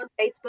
Facebook